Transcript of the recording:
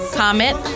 comment